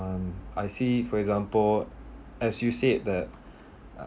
um I see for example as you said that uh